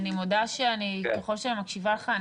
אני מודה שככל שאני מקשיבה לך,